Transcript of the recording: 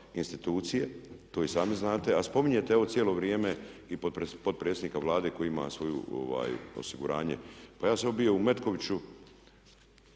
institucije, to i sami znate. A spominjete ovo cijelo vrijeme i potpredsjednika Vlade koji ima svoju osiguranje. Pa ja sam bio u Metkoviću